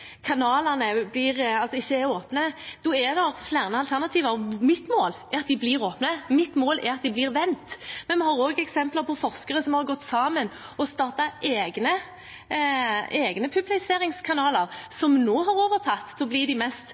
ikke er åpne. Da er det flere alternativer. Mitt mål er at de blir åpnet, og at de blir vendt. Vi har også eksempler på forskere som har gått sammen og startet egne publiseringskanaler, som nå har overtatt til å bli de mest